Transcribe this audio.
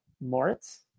Moritz